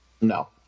No